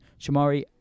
Shamari